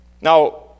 Now